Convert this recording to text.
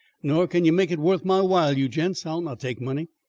nor can you make it worth my while, you gents. i'll not take money.